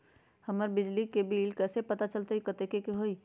हमर बिजली के बिल कैसे पता चलतै की कतेइक के होई?